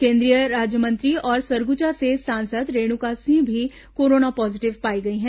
केन्द्रीय राज्यमंत्री और सरगुजा से सांसद रेणुका सिंह भी कोरोना पॉजिटिव पाई गई हैं